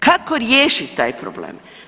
Kako riješiti taj problem?